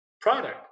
product